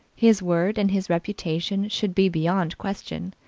his word and his reputation should be beyond question.